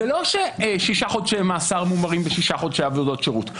זה לא ששישה חודשי מאסר מומרים בשישה חודשי עבודות שירות.